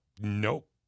Nope